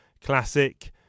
classic